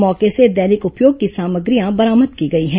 मौके से दैनिक उपयोग की सामग्रियां बरामद की गई हैं